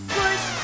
push